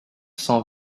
cent